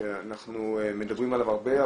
שאנחנו מדברים עליו הרבה,